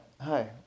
Hi